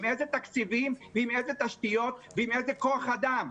עם איזה תקציבים ועם איזה תשתיות ועם איזה כוח אדם?